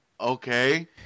okay